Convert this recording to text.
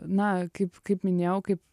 na kaip kaip minėjau kaip